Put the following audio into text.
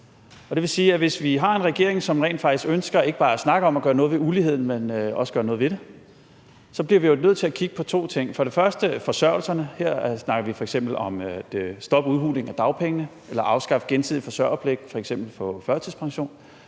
Det vil sige, at når vi har en regering, som rent faktisk ønsker og ikke bare snakker om at gøre noget ved uligheden, men også gør noget ved det, så bliver vi jo nødt til at kigge på to ting: Det er for det første forsørgelserne. Her snakker vi f.eks. om at stoppe udhulingen af dagpengene eller at afskaffe gensidig forsørgerpligt f.eks. for førtidspensionister.